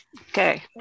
Okay